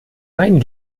main